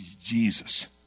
Jesus